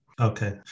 Okay